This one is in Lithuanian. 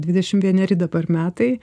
dvidešimt vieneri dabar metai